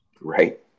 right